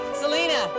selena